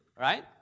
right